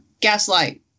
Gaslight